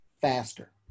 faster